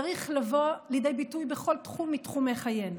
הוא צריך לבוא לידי ביטוי בכל תחום מתחומי חיינו.